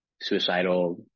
suicidal